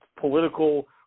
political